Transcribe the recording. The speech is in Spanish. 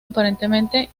aparentemente